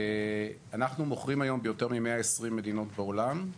אנחנו מוכרים היום ביותר מ-120 מדינות בעולם,